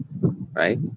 right